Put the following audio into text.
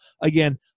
again